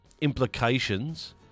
implications